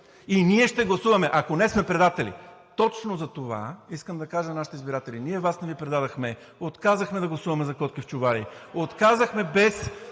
и ние ще гласуваме, ако – не, сме предатели. Точно затова искам да кажа на нашите избиратели: ние Вас не Ви предохме, отказахме да гласуваме за котки в чували, отказахме без